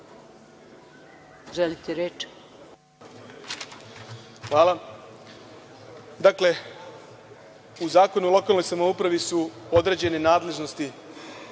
Aleksić** Hvala. Dakle, u Zakonu o lokalnoj samoupravi su određene nadležnosti